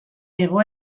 hego